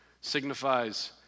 signifies